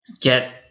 get